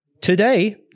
Today